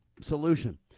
solution